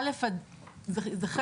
זה שיעורי חובה.